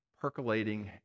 percolating